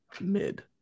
mid